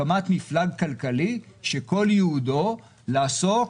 הקמת מפלג כלכלי שכל ייעודו לעסוק